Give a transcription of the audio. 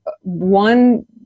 one